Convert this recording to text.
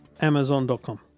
Amazon.com